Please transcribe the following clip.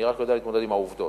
אני רק יודע להתמודד עם העובדות.